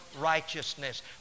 righteousness